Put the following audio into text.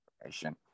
information